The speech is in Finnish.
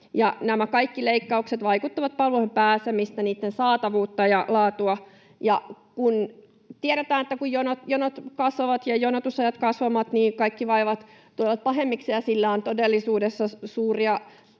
Nämä kaikki leikkaukset vaikeuttavat palveluihin pääsemistä, niitten saatavuutta ja laatua. Ja kun tiedetään, että kun jonot kasvavat ja jonotusajat kasvavat, niin kaikki vaivat tulevat pahemmiksi, ja sillä on todellisuudessa suuria